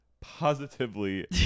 positively